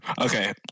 okay